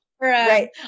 right